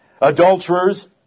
adulterers